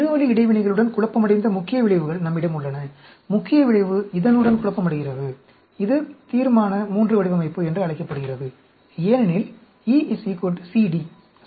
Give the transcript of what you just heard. இருவழி இடைவினைகளுடன் குழப்பமடைந்த முக்கிய விளைவுகள் நம்மிடம் உள்ளன முக்கிய விளைவு இதனுடன் குழப்பமடைகிறது இது தீர்மான III வடிவமைப்பு என்று அழைக்கப்படுகிறது ஏனெனில் E CD சரியா